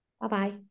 Bye-bye